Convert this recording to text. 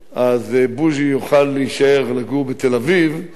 אז בוז'י יוכל להישאר לגור בתל-אביב ולא